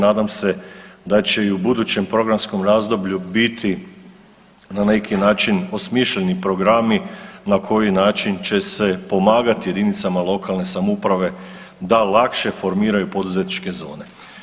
Nadam se da će i u budućem programskom razdoblju biti na neki način osmišljeni programi na koji način će se pomagati jedinicama lokalne samouprave da lakše formiraju poduzetničke zone.